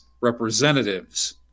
representatives